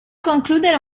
concludere